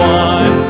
one